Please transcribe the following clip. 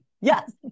yes